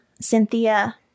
Cynthia